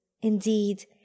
Indeed